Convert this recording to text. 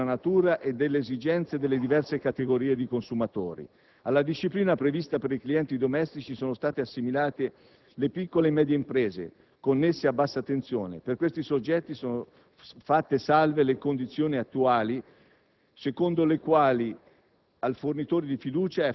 Sono state previste discipline diverse a seconda della natura e delle esigenze delle diverse categorie di consumatori. Alla disciplina prevista per i clienti domestici sono state assimilate le piccole e medie imprese connesse a bassa tensione: per questi soggetti sono fatte salve le condizioni attuali,